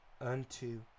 unto